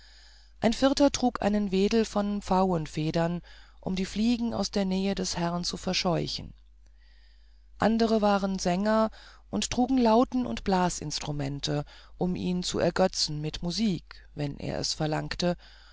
ein vierter trug einen wedel von pfauenfedern um die fliegen aus der nähe des herrn zu verscheuchen andere waren sänger und trugen lauten und blasinstrumente um ihn zu ergötzen mit musik wenn er es verlangte